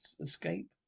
escape